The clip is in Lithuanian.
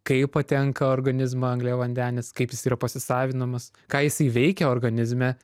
kaip patenka organizmą angliavandenis kaip jis yra pasisavinamas ką jisai veikia organizme